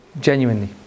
genuinely